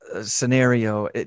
scenario